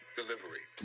delivery